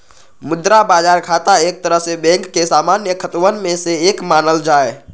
मुद्रा बाजार खाता एक तरह से बैंक के सामान्य खतवन में से एक मानल जाहई